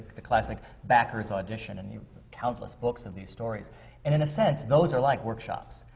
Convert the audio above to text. the classic backers' audition, and countless books of these stories. and in a sense, those are like workshops.